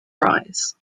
rise